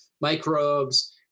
microbes